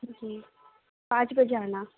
جی پانچ بجے آنا